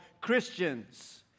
Christians